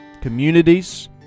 communities